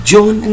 John